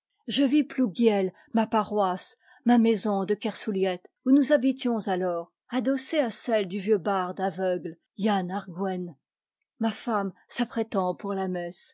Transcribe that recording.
je vis plouguiel ma paroisse ma maison de kersuliet où nous habitions alors adossée à celle du vieux barde aveugle yann ar gwenn ma femme s'apprêtant pour la messe